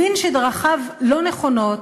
הבין שדרכיו לא נכונות,